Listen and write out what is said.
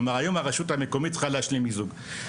כלומר היום הרשות המקומית צריכה להשלים מיזוג.